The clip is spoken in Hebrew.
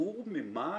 פטור ממס,